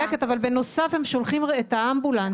את צודקת, אבל בנוסף הם שולחים את האמבולנס.